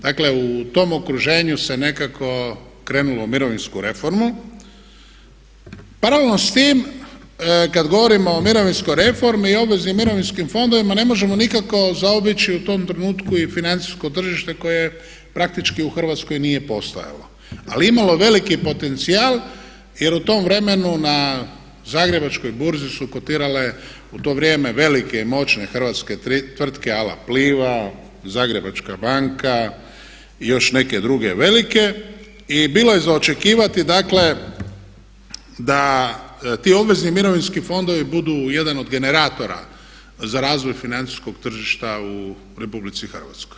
Dakle u tom okruženje use nekako krenulo u mirovinsku reformu. … s tim kad govorimo o mirovinskoj reformi i obveznim mirovinskim fondovima ne možemo nikako zaobići u tom trenutku i financijsko tržište koje je praktički u Hrvatskoj nije postojalo ali je imalo veliki potencijal jer u tom vremenu na zagrebačkoj burzi su kotirale u to vrijeme velike i moćne hrvatske tvrtke ala Pliva, Zagrebačka banka i još neke druge velike i bilo je za očekivati dakle da ti obvezni mirovinski fondovi budu jedni od generatora za razvoj financijskog tržišta u RH.